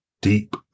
deep